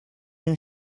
new